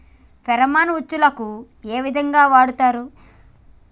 Pheromone ఉచ్చులకు ఏ విధంగా వాడుతరు?